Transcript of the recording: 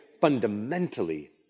Fundamentally